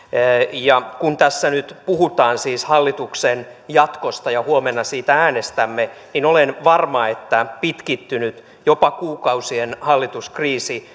kun tässä nyt puhutaan siis hallituksen jatkosta ja huomenna siitä äänestämme olen varma että pitkittynyt jopa kuukausien hallituskriisi